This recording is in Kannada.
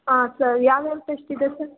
ಆ ಸರ್ ಯಾವ್ಯಾವ ಟೆಶ್ಟ್ ಇದೆ ಸರ್